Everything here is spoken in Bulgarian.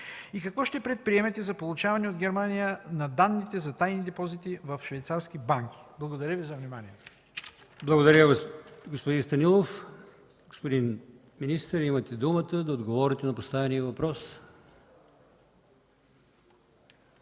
Какво ще предприемете за получаване от Германия на данните за тайни депозити в швейцарски банки? Благодаря Ви за вниманието. ПРЕДСЕДАТЕЛ АЛИОСМАН ИМАМОВ: Благодаря, господин Станилов. Господин министър, имате думата да отговорите на поставения въпрос.